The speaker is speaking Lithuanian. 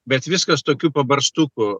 bet viskas tokių pabarstukų